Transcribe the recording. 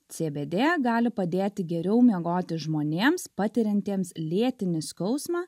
cbd gali padėti geriau miegoti žmonėms patiriantiems lėtinį skausmą